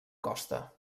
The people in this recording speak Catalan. costa